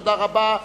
תודה רבה.